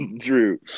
true